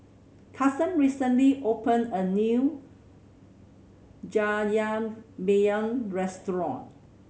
Karson recently opened a new Jajangmyeon Restaurant